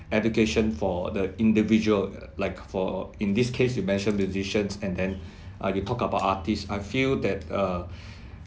education for the individual like for in this case you mention musicians and then uh you talk about artists I feel that err